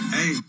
Hey